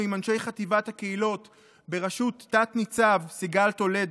עם אנשי חטיבת הקהילות בראשות תת-ניצב סיגל טולדו,